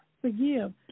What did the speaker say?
forgive